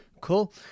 Cool